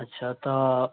अच्छा तऽ